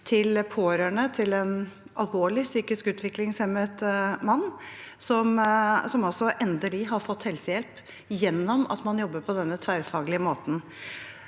til de pårørende til en alvorlig psykisk utviklingshemmet mann som altså endelig har fått helsehjelp ved at man jobber på denne tverrfaglige måten.